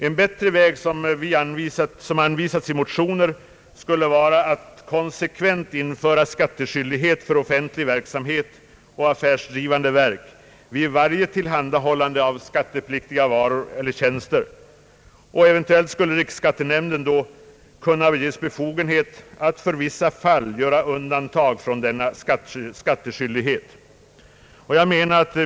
En bättre väg som anvisas i motioner skulle vara att konsekvent införa skattskyldighet för offentlig verksamhet och affärsdrivande verk vid varje tillhandahållande av skattepliktiga varor och tjänster. Eventuellt skulle riksskattenämnden sedan kunna ges befogenhet att för vissa fall göra undantag från denna skattskyldighet.